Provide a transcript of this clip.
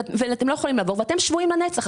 אתם לא יכולים לעבור ואתם שבויים לנצח.